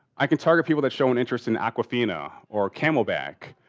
i can target people that show an interest in aquafina or camelback,